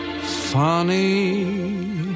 funny